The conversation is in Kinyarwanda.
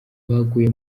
abaguye